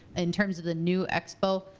in terms of the new expo,